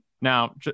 now